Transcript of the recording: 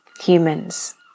humans